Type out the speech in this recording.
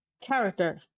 character